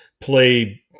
play